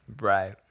Right